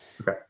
Okay